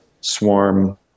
Swarm